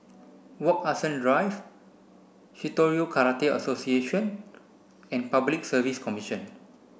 Wak Hassan Drive Shitoryu Karate Association and Public Service Commission